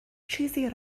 چیزی